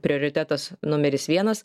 prioritetas numeris vienas